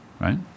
right